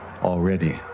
already